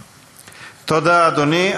תודה, אדוני.